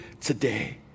today